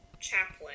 chaplain